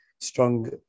strong